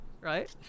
right